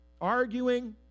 arguing